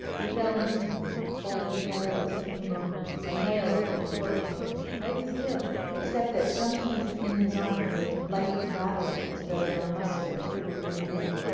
he fell instantly, folding together like something boneless, and lay along the floor for a moment quite still, except that some piece in his armour made a light rattling as though there were muscles that quivered beneath it.